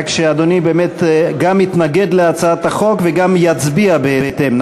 רק שאדוני באמת גם מתנגד להצעת החוק וגם יצביע בהתאם,